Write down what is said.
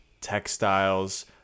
textiles